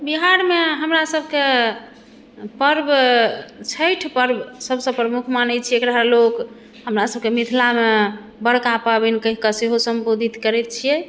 बिहारमे हमरा सभके पर्व छठि पर्व सभसँ प्रमुख मानैत छै एकरा लोक हमरा सभकेँ मिथिलामे बड़का पाबनि कहिके सेहो सम्बोधित करैत छियै